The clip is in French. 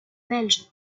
belge